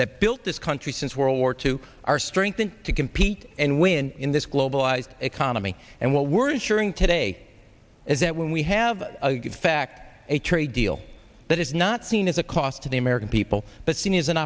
that built this country since world war two are strengthened to compete and win in this globalized economy and what we're ensuring today is that when we have a good fact a trade deal that it's not seen as a cost to the american people but she has an